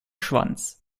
schwanz